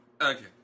okay